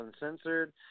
Uncensored